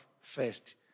first